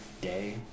day